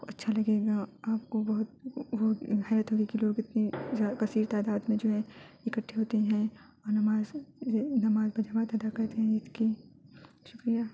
اچھا لگے گا آپ کو بہت حیرت ہوگی کہ لوگ اتنے کثیر تعداد میں جو ہے اکھٹے ہوتے ہیں اور نماز نماز باجماعت ادا کرتے ہیں عید کی شکریہ